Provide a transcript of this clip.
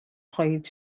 خواهید